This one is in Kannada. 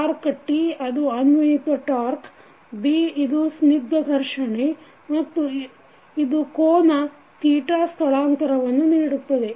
ಟಾಕ್೯ T ಇದು ಅನ್ವಯಿತ ಟಾಕ್೯ B ಇದು ಸ್ನಿಗ್ಥ ಘರ್ಷಣೆ ಮತ್ತು ಇದು ಕೋನ ಸ್ಥಳಾಂತರವನ್ನು ನೀಡುತ್ತದೆ